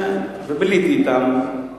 כן, וביליתי אתם.